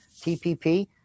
TPP